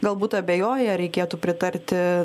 galbūt abejoja ar reikėtų pritarti